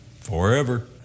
Forever